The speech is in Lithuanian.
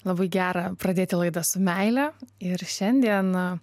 labai gera pradėti laidą su meile ir šiandien